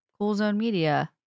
CoolZoneMedia